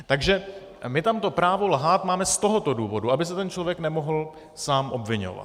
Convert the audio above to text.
Takže my tam to právo lhát máme z tohoto důvodu, aby se ten člověk nemohl sám obviňovat.